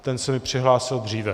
Ten se mi přihlásil dříve.